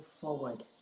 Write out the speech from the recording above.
forward